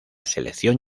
selección